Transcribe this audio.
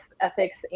ethics